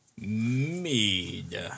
mead